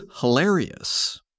hilarious